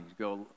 Go